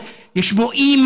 יש בו חוסר כבוד,